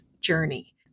Journey